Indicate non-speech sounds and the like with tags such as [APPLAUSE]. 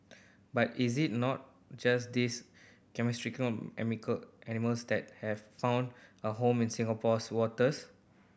but is it not just these charismatic [UNINTELLIGIBLE] animals that have found a home in Singapore's waters